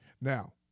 Now